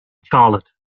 charlotte